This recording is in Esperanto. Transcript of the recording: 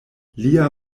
lia